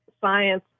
science